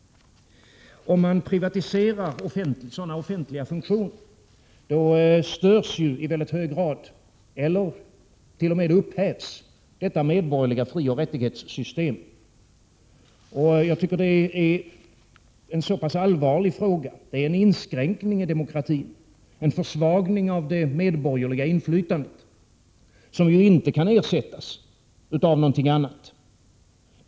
Om man privatiserar sådana offentliga funktioner, störs i väldigt hög grad —- eller t.o.m. upphävs — detta medborgerliga frioch rättighetssystem, och det tycker jag är allvarligt. Det är en inskränkning i demokratin, en försvagning av det medborgerliga inflytandet som ju inte kan ersättas av någonting annat.